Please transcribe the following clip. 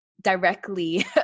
directly